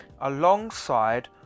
alongside